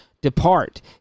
depart